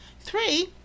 Three